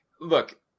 look